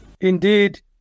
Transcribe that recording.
Indeed